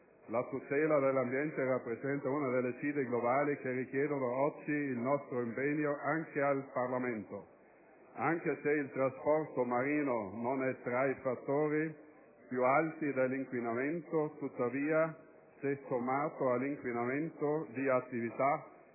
La tutela dell'ambiente rappresenta una delle sfide globali che richiedono oggi il nostro impegno anche in Parlamento. Anche se il trasporto marino non è tra i fattori più alti d'inquinamento, tuttavia, se sommato all'inquinamento da attività